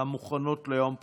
על המוכנות ליום פקודה,